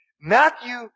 Matthew